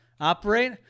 operate